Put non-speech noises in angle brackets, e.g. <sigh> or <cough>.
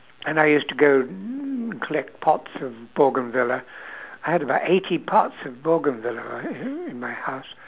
and I used to go <noise> collect pots of bougainvillea I had about eighty pots of bougainvillea i~ i~ in my house